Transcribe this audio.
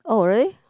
oh really